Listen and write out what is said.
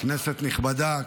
כנסת נכבדה,